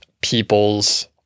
people's